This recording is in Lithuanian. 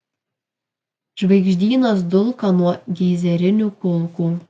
žvaigždynas dulka nuo geizerinių kulkų